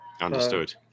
Understood